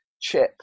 chip